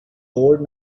old